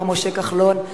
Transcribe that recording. מר משה כחלון,